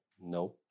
no